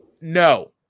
No